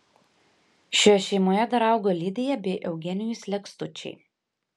šioje šeimoje dar augo lidija bei eugenijus lekstučiai